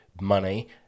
money